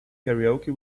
karaoke